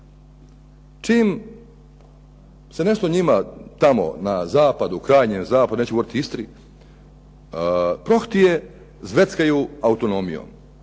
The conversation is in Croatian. Čim se nešto njima tamo na krajnjem zapadu, neću govoriti Istri, prohtje zveckaju autonomijom.